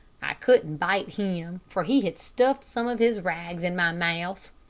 i couldn't bite him, for he had stuffed some of his rags in my mouth.